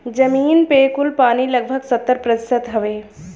जमीन पे कुल पानी लगभग सत्तर प्रतिशत हउवे